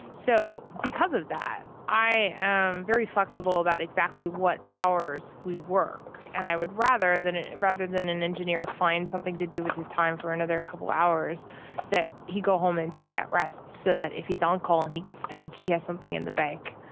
so because of that i am very flexible about exactly what hours we work. and i would rather than rather than an engineer find something to do with his time for another couple hours that he go home and take that rest so that if he's on call and he gets paid she has something in the bank.